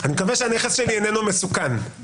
אני מקווה שהנכס שלי איננו מסוכן...